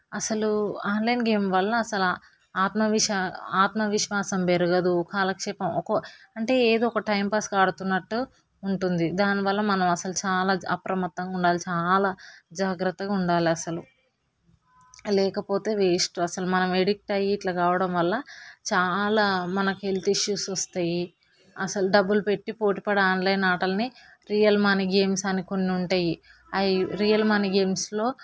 అసలు online game వల్ల అసలు ఆత్మవిశ్వా ఆత్మవిశ్వాసం పెరగదు కాలక్షేపం ఒక అంటే ఏదో ఒకటి టైంపాస్కి ఆడుతున్నట్టు ఉంటుంది దానివల్ల అసలు మనం చాలా అప్రమత్తంగా ఉండాలి చాలా జాగ్రత్తగా ఉండాలి అసలు లేకపోతే వేస్ట్ అసలు మనం అడిక్ట్ అయి ఇట్లా కావడం వల్ల చాలా మనకు హెల్త్ ఇష్యూస్ వస్తాయి అసలు డబ్బులు పెట్టి పోటీపడే ఆన్లైన్ ఆటలని రియల్ మనీ గేమ్స్ అని కొన్ని ఉంటాయి అయ్యి రియల్ మనీ గేమ్స్లో